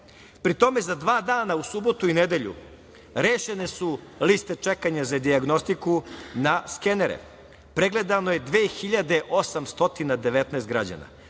Pri tome, za dva dana, u subotu i nedelju, rešenu su liste čekanja za dijagnostiku na skenere, pregledano je 2.819 građana,